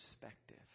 perspective